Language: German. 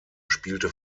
spielte